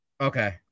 Okay